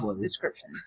description